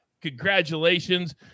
Congratulations